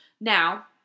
Now